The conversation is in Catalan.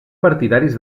partidaris